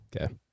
Okay